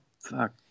Fuck